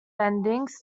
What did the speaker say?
endings